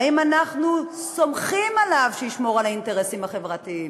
האם אנחנו סומכים עליו שישמור על האינטרסים החברתיים?